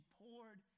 poured